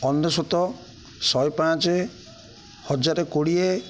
ଅନେଶ୍ଵତ ଶହେ ପାଞ୍ଚ ହଜାର କୋଡ଼ିଏ